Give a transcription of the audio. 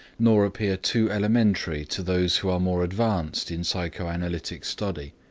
nor appear too elementary to those who are more advanced in psychoanalytic study.